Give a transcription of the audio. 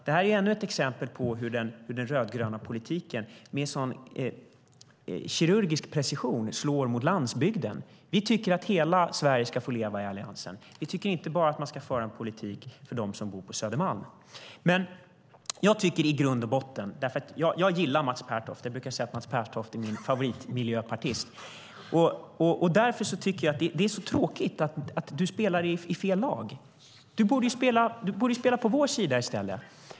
Det är ännu ett exempel på hur den rödgröna politiken med kirurgisk precision slår mot landsbygden. Vi i Alliansen tycker att hela Sverige ska få leva. Vi tycker inte att man ska föra en politik bara för dem som bor på Södermalm i Stockholm. Jag gillar Mats Pertoft. Jag brukar säga att han är min favoritmiljöpartist. Därför tycker jag att det är tråkigt att du spelar i fel lag. Du borde spela på vår sida i stället.